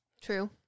True